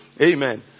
Amen